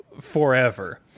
forever